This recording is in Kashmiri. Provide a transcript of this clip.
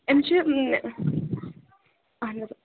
أمِس چھِ اَہن حظ